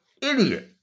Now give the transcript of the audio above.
idiot